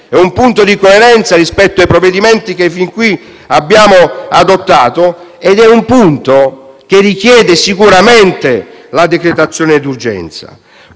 è un punto di coerenza rispetto ai provvedimenti che fin qui abbiamo adottato, che richiede sicuramente la decretazione d'urgenza.